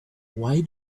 why